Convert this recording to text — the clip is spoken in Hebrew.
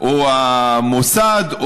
או המוסד,